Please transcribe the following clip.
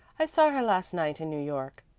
i saw her last night in new york.